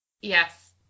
Yes